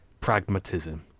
pragmatism